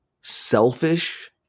selfish